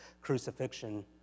crucifixion